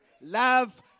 Love